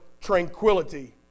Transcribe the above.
tranquility